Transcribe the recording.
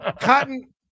Cotton